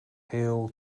hail